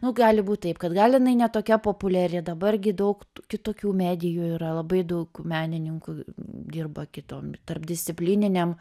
nu gali būt taip kad gal jinai ne tokia populiari dabar gi daug kitokių medijų yra labai daug menininkų dirba kitom tarpdisciplininėm